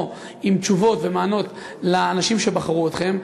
עם תשובות ומענים לאנשים שבחרו אתכם.